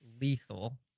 lethal